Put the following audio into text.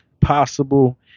possible